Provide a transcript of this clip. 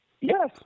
Yes